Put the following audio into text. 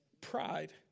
pride